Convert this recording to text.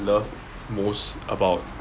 love most about